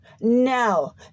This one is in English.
No